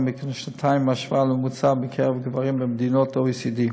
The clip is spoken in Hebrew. בכשנתיים מהממוצע בקרב גברים במדינות ה-OECD,